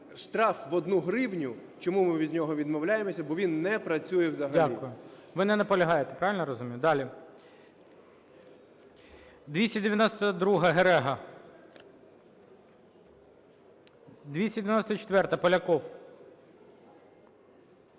штраф в одну гривню, чому ми від нього відмовляємося? Бо він не працює взагалі. ГОЛОВУЮЧИЙ. Дякую. Ви не наполягаєте. Правильно я розумію? Далі, 292-а, Герега. 294-а, Поляков.